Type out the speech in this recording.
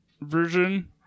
version